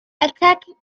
attacking